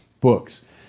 books